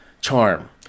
charm